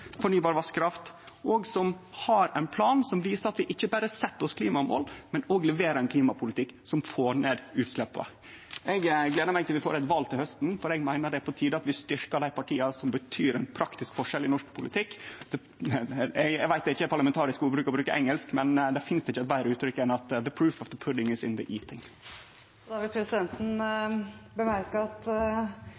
fornybar vasskraft, og som har ein plan som viser at vi ikkje berre set oss klimamål, men òg leverer ein klimapolitikk som får ned utsleppa. Eg gleder meg til valet til hausten, for eg meiner det er på tide at vi styrkjer dei partia som betyr ein praktisk forskjell i norsk politikk. Eg veit det ikkje er parlamentarisk ordbruk å bruke engelsk, men det finst ikkje eit betre uttrykk enn at «the proof of the pudding is in the eating». Da vil presidenten